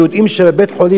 כי יודעים שבבית-החולים,